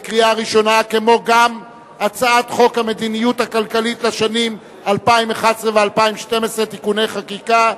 כמו גם הצעת חוק המדיניות הכלכלית לשנים 2011 ו-2012 (תיקוני חקיקה)